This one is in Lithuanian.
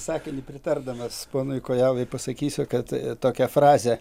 sakiniu pritardamas ponui kojalai pasakysiu kad tokia frazė